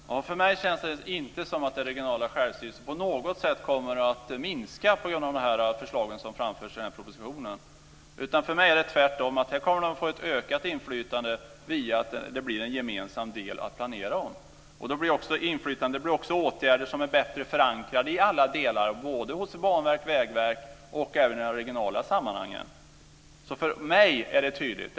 Herr talman! För mig känns det inte som att den regionala självstyrelsen på något sätt kommer att minska på grund av de förslag som framförs i propositionen. För mig känns det tvärtom. Man kommer att få ett ökat inflytande genom att det blir en gemensam del att planera om. Det blir också åtgärder som är bättre förankrade i alla delar, hos Banverket och Vägverket och i de regionala sammanhangen. För mig är det tydligt.